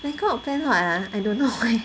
Bangkok plan what ah I don't know leh